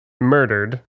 murdered